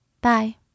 Bye